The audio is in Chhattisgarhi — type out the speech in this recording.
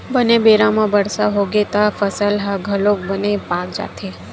बने बेरा म बरसा होगे त फसल ह घलोक बने पाक जाथे